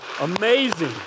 Amazing